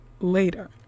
later